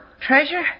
treasure